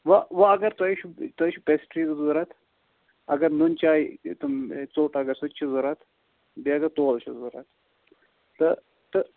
وۅنۍ وۅنۍ اگر تُہۍ ہَے چھِو تُہۍ چھُ تُہۍ چھُ پیٚسٹری ضروٗرت اگر نُنہٕ چاے تِم ژوٚٹ اگر سُہ تہِ چھُ ضروٗرت بیٚیہِ اگر تولہٕ چھِ ضروٗرت تہٕ تہٕ